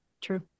true